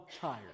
tired